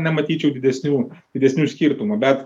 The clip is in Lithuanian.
nematyčiau didesnių didesnių skirtumų bet